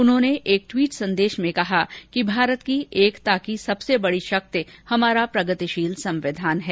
उन्होंने एक ट्वीट संदेश में कहा कि भारत की एकता की सबसे बड़ी शक्ति हमारा प्रगतिशील संविधान है